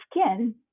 skin